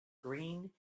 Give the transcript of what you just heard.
green